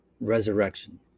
resurrection